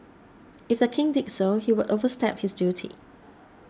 if the King did so he would overstep his duty